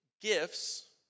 gifts